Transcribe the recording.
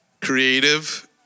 creative